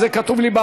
זה כתוב לי.